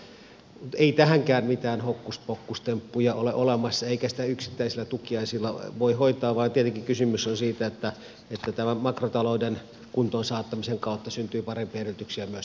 mutta ei tähänkään mitään hokkuspokkustemppuja ole olemassa eikä sitä yksittäisillä tukiaisilla voi hoitaa vaan tietenkin kysymys on siitä että tämän makrotalouden kuntoon saattamisen kautta syntyy parempia ehdotuksia myös tälle